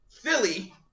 Philly